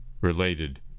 related